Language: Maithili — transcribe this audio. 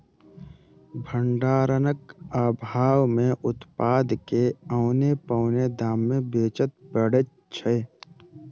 भंडारणक आभाव मे उत्पाद के औने पौने दाम मे बेचय पड़ैत छै